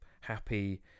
happy